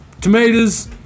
tomatoes